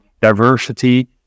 Diversity